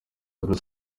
bruce